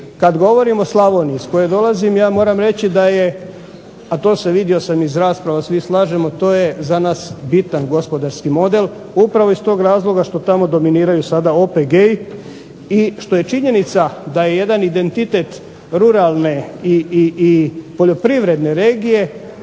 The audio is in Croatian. Kad govorim o Slavoniji iz koje dolazim ja moram reći da je, a to se vidio sam iz rasprava svi slažemo, to je za nas bitan gospodarski model upravo iz tog razloga što tamo dominiraju sada OPG-i i što je činjenica da je jedan identitet ruralne i poljoprivredne regije